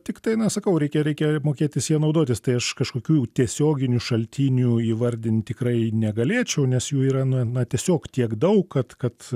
tiktai na sakau reikia reikia mokėtis ja naudotis tai aš kažkokių tiesioginių šaltinių įvardint tikrai negalėčiau nes jų yra na na tiesiog tiek daug kad kad